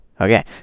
Okay